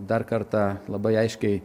dar kartą labai aiškiai